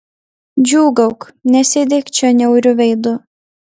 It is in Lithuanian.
džiūgauk nesėdėk čia niauriu veidu